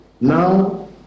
Now